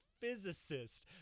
physicist